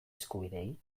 eskubideei